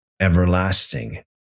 Everlasting